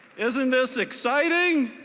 isn't this exciting?